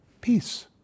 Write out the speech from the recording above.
Peace